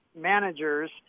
managers